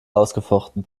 ausgefochten